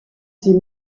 sie